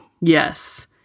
Yes